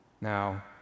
Now